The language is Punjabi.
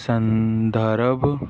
ਸੰਦਰਭ